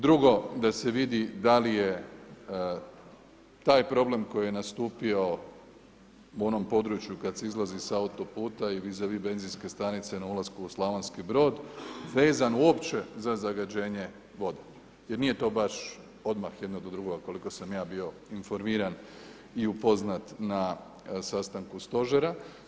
Drugo da se vidi da li je taj problem koji je nastupio u onom području kada se izlazi s autoputa i vis a vis benzinske stanice na ulasku u Slavonski Brod, vezano uopće za zagađenje vode, jer nije to baš odmah jedno do drugoga koliko sam ja bio informiran i upoznat na sastanku stožera.